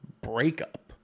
breakup